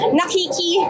nakiki